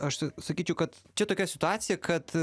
aš sakyčiau kad čia tokia situacija kad